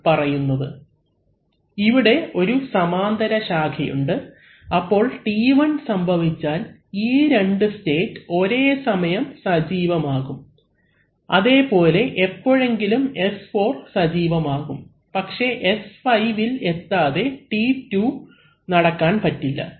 അവലംബിക്കുന്ന സ്ലൈഡ് സമയം 1133 ഇവിടെ ഒരു സമാന്തര ശാഖയുണ്ട് അപ്പോൾ T1 സംഭവിച്ചാൽ ഈ രണ്ട് സ്റ്റേറ്റ് ഒരേസമയം സജീവം ആകും അതേപോലെ എപ്പോഴെങ്കിലും S4 സജീവം ആകും പക്ഷേ S5ഇൽ എത്താതെ T2 നടക്കാൻ പറ്റില്ല